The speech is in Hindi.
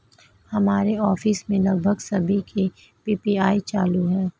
हमारे ऑफिस में लगभग सभी के पी.पी.आई चालू है